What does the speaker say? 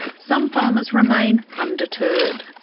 some farmers remain undeterred,